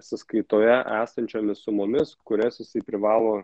sąskaitoje esančiomis sumomis kurias jisai privalo